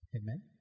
Amen